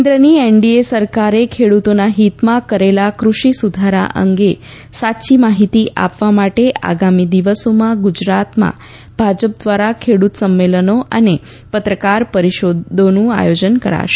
કેન્દ્રની એનડીએ સરકારે ખેડૂતોના હિતમાં કરેલા કૃષિ સુધારા અંગે સાચી માહિતી આપવા માટે આગામી દિવસોમાં ગુજરાતમાં ભાજપ દ્વારા ખેડૂત સંમેલનો અને પત્રકાર પરિષદોનું આયોજન કરાશે